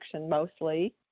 mostly